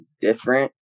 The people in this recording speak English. different